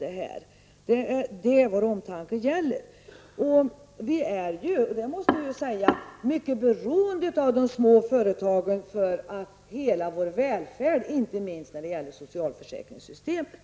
Det är det vår omtanke gäller. Vi är beroende av de små företagen för hela vår välfärd inte minst när det gäller socialförsäkringssystemet.